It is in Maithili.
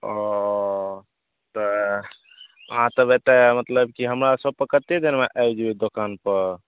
ओ तऽ अहाँ तब एतऽ मतलब कि हमरा शॉपपर कते देरमे आबि जेबै दोकानपर